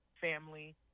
family